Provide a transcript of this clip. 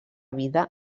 vida